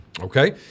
Okay